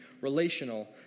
relational